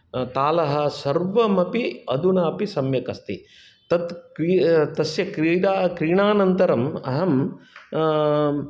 तालः सर्वमपि अधुनापि सम्यकस्ति तत् तस्य क्रीडा क्रीणानन्तरम् अहं